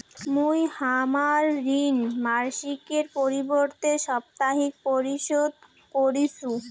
মুই হামার ঋণ মাসিকের পরিবর্তে সাপ্তাহিক পরিশোধ করিসু